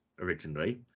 originally